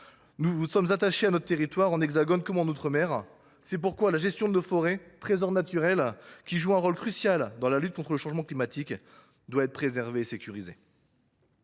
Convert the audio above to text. Nous sommes attachés à notre territoire, en Hexagone comme en outre mer. C’est pourquoi la gestion de nos forêts, trésors naturels qui jouent un rôle crucial dans la lutte contre le changement climatique, doit être sécurisée.